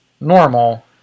normal